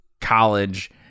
college